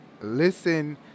listen